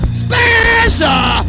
special